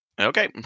Okay